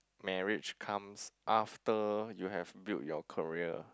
marriage comes after you have build your career